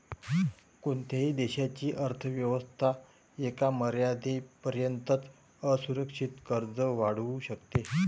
कोणत्याही देशाची अर्थ व्यवस्था एका मर्यादेपर्यंतच असुरक्षित कर्ज वाढवू शकते